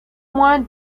moins